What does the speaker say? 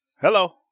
Hello